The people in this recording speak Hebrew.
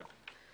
כן.